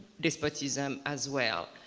despotism as well.